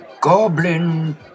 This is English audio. Goblin